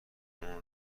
اونو